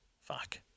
Fuck